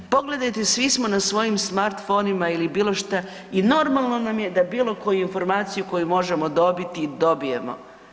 Pogledajte svi smo na svojim smartphonima ili bilo šta i normalno nam je da bilo koju informaciju koju možemo dobiti dobijemo.